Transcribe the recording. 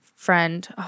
friend